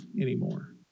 anymore